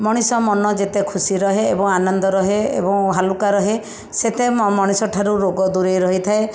ମଣିଷ ମନ ଯେତେ ଖୁସି ରୁହେ ଏବଂ ଆନନ୍ଦ ରୁହେ ଏବଂ ହାଲୁକା ରୁହେ ସେତେ ମଣିଷଠାରୁ ରୋଗ ଦୂରେଇ ରହିଥାଏ